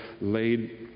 laid